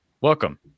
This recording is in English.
welcome